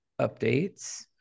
updates